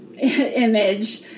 image